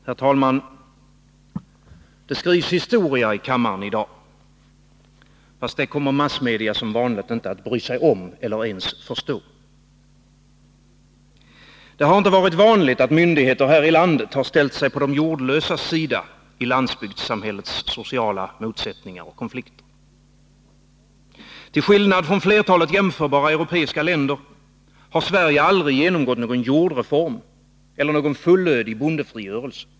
Herr talman! Det skrivs historia i kammaren i dag — fast det kommer massmedia som vanligt inte att bry sig om eller ens förstå. Det har inte varit vanligt att myndigheter här i landet har ställt sig på de jordlösas sida i landsbygdsamhällets sociala motsättningar och konflikter. Till skillnad från flertalet jämförbara europeiska länder har Sverige aldrig genomgått någon jordreform eller fullödig bondefrigörelse.